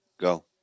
Go